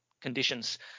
conditions